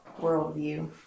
worldview